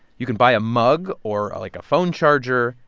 you can buy a mug or, like, a phone charger,